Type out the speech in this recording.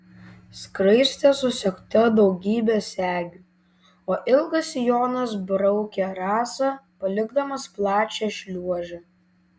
skraistė susegta daugybe segių o ilgas sijonas braukė rasą palikdamas plačią šliuožę